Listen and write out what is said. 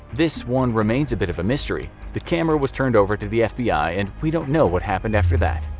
this one remains a bit of a mystery. the camera was turned over to the fbi and we don't know what happened after that.